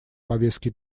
повестки